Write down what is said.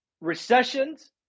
recessions